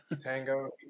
Tango